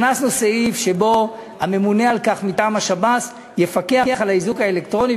הכנסנו סעיף שבו הממונה על כך מטעם השב"ס יפקח על האיזוק האלקטרוני,